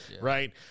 right